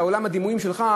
גם את עולם הדימויים שלך,